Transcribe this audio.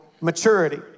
maturity